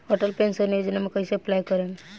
Atal pension Yojana मे कैसे apply करेम?